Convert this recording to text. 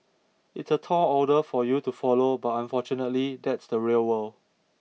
it's a tall order for you to follow but unfortunately that's the real world